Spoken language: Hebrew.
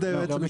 לא,